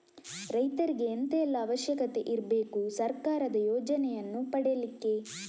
ರೈತರಿಗೆ ಎಂತ ಎಲ್ಲಾ ಅವಶ್ಯಕತೆ ಇರ್ಬೇಕು ಸರ್ಕಾರದ ಯೋಜನೆಯನ್ನು ಪಡೆಲಿಕ್ಕೆ?